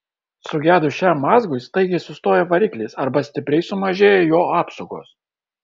sugedus šiam mazgui staigiai sustoja variklis arba stipriai sumažėja jo apsukos